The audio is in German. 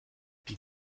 die